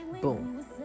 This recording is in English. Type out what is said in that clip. Boom